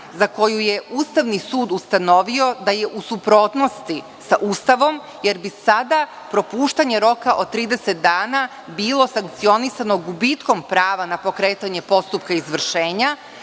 za koju je Ustavni sud ustanovio da je u suprotnosti sa Ustavom, jer bi sada propuštanje roka od 30 dana bilo sankcionisano gubitkom prava na pokretanje postupka izvršenja,